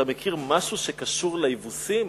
אתה מכיר משהו שקשור ליבוסים?